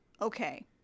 Okay